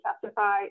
testify